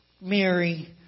Mary